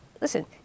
listen